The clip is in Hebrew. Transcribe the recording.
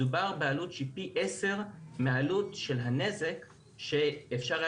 מדובר בעלות שהיא פי 10 מהעלות של הנזק שאפשר היה